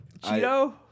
Cheeto